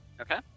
okay